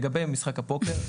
לגבי משחק הפוקר,